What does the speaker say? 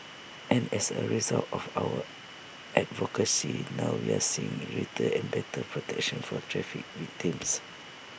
and as A result of our advocacy now we're seeing greater and better protection for traffic victims